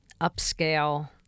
upscale